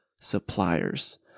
suppliers